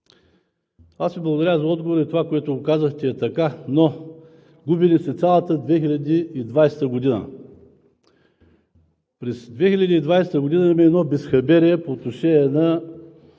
аз Ви благодаря за отговора – това, което казахте, е така, но губи ли се цялата 2020 г.? През 2020 г. имаме едно безхаберие по отношение на